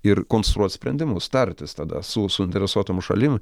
ir konstruot sprendimus tartis tada su suinteresuotom šalim